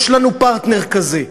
יש לנו פרטנר כזה.